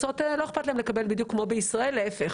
לא אכפת להן לקבל בדיוק כמו בישראל אלא להיפך.